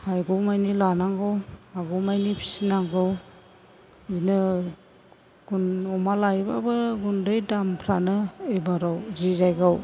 हागौमानि लानांगौ हागौमानि फिसिनांगौ बिदिनो अमा लायोबाबो गुन्दै दामफ्रानो एबाराव जि जायगायाव